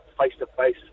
face-to-face